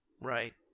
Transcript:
Right